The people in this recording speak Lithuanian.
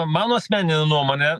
mano asmenine nuomone